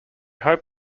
hope